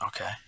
Okay